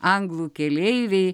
anglų keleiviai